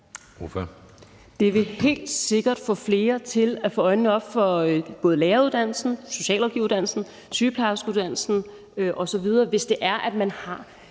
Det vil helt sikkert få flere til at få øjnene op for både læreruddannelsen, socialrådgiveruddannelsen, sygeplejerskeuddannelsen osv., hvis man har